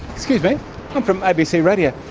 excuse me. i'm from abc radio.